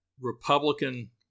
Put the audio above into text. Republican